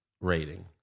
rating